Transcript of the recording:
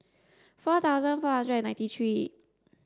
four thousand four hundred and ninety three